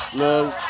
love